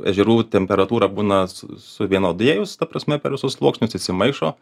ežerų temperatūra būna su suvienodėjus ta prasme per visus sluoksnius išsimaišo